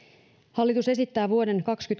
hallitus esittää vuoden